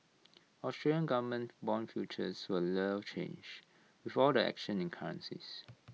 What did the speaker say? Australian government Bond futures were little change with all the action in currencies